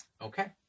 Okay